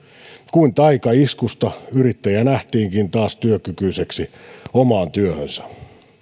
kuin taikaiskusta yrittäjä nähtiinkin taas työkykyiseksi omaan työhönsä